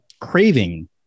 craving